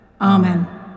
Amen